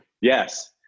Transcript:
Yes